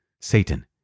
Satan